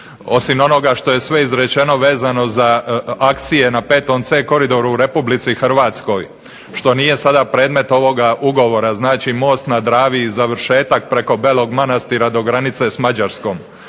Osim onoga što je sve izrečeno vezano za akcije na VC koridoru u Republici Hrvatskoj, što nije sada predmet ovoga ugovora, znači most na Dravi i završetak preko Belog Manastira, do granice s Mađarskom.